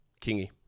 Kingy